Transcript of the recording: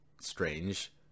strange